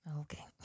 Okay